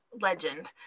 legend